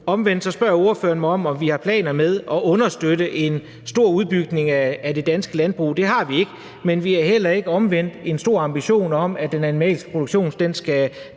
Omvendt spørger ordføreren mig, om vi har planer om at understøtte en stor udbygning af det danske landbrug. Det har vi ikke, men omvendt har vi heller ikke en stor ambition om, at den animalske produktion skal